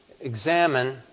examine